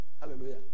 Hallelujah